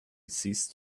ceased